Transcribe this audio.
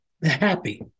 happy